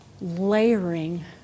layering